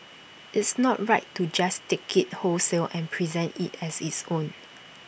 it's not right to just take IT wholesale and present IT as its own